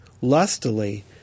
Lustily